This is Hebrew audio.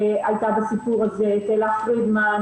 תהלה פרידמן,